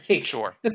Sure